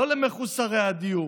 לא למחוסרי הדיור.